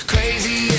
Crazy